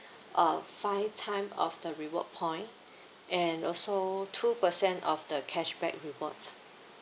uh five time of the reward point and also two percent of the cashback rewards